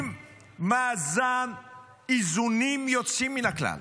עם מאזן איזונים יוצאים מן הכלל.